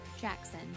Jackson